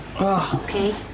okay